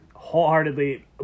wholeheartedly